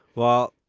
well,